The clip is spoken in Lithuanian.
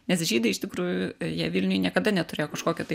nes žydai iš tikrųjų jie vilniuj niekada neturėjo kažkokio tai